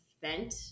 vent